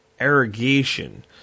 irrigation